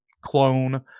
clone